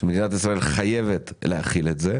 מדינת ישראל חייבת להחיל את זה.